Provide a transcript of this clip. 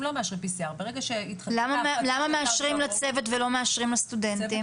לא מאשרים PCR. למה מאשרים לצוות ולא מאשרים לסטודנטים?